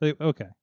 Okay